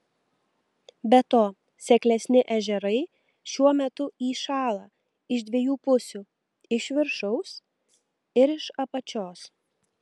be to seklesni ežerai šiuo metu įšąla iš dviejų pusių iš viršaus ir iš apačios